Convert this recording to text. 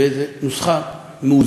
באיזו נוסחה מאוזנת,